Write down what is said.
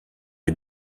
est